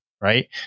Right